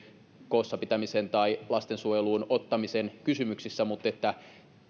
koossa pitämisen tai lastensuojeluun ottamisen kysymyksissä mutta